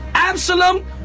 Absalom